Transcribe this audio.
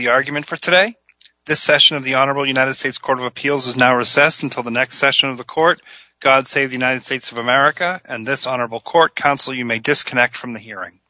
the argument for today the session of the honorable united states court of appeals is now recessed until the next session of the court god save the united states of america and this honorable court counsel you may disconnect from the hearing